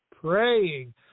praying